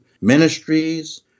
ministries